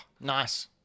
nice